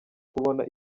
kubona